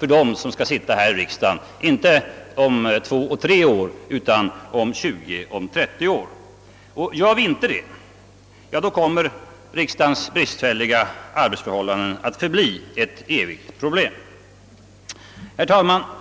för dem som sitter i riksdagen inte om 2 å 3 år utom om 20—30 år. Gör vi inte detta, kommer riksdagens bristfälliga arbetsförhållanden att förbli ett evigt problem. Herr talman!